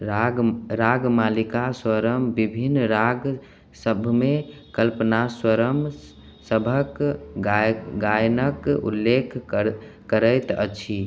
राग रागमालिका स्वरम विभिन्न राग सभमे कल्पनास्वरम सभक गाय गायनक उल्लेख कर करैत अछि